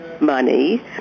money